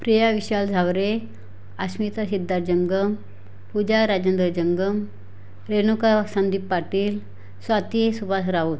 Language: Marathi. प्रिया विशाल झावरे आश्मिता हिध्दा जंगम पूजा राजेंद्र जंगम रेनुका संदीप पाटील स्वाती सुभाष राऊत